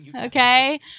okay